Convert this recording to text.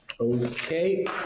Okay